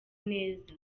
neza